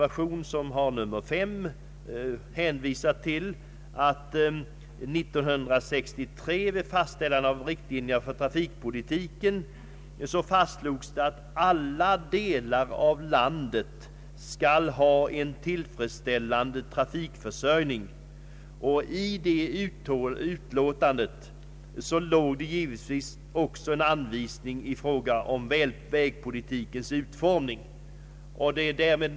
Vi har i reservationen 53 hänvisat till att det vid fastställandet av riktlinjerna för trafikpolitiken år 1963 fastslogs att alla delar av landet skall ha en tillfredsställande trafikförsörjning. I detta utlåtande låg också en anvisning beträffande vägpolitikens utformning.